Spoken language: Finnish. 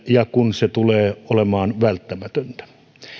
ja se tulee olemaan välttämätöntä